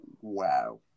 Wow